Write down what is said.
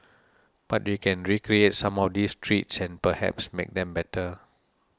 but we can recreate some of these treats and perhaps make them better